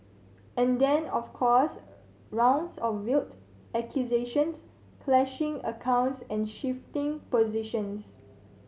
and then of course rounds of veiled accusations clashing accounts and shifting positions